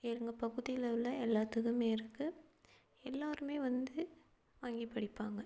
எங்கள் பகுதியில் உள்ள எல்லாத்துக்குமே இருக்குது எல்லாேருமே வந்து வாங்கி படிப்பாங்க